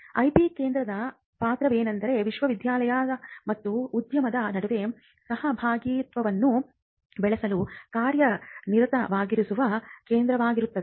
IP ಕೇಂದ್ರದ ಪಾತ್ರವೆಂದರೆ ವಿಶ್ವವಿದ್ಯಾಲಯ ಮತ್ತು ಉದ್ಯಮದ ನಡುವೆ ಸಹಭಾಗಿತ್ವವನ್ನು ಬೆಳೆಸಲು ಕಾರ್ಯನಿರತವಾಗಿರುವ ಕೇಂದ್ರವಾಗಿರುತ್ತದೆ